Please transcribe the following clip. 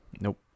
Nope